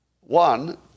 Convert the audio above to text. One